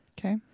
Okay